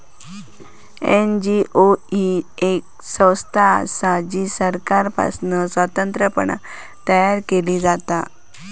NGO ही येक संस्था असा जी सरकारपासना स्वतंत्रपणान तयार केली जाता